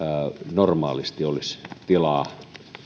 normaalisti olisi tilaa